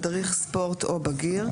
מדריך ספורט או בגיר,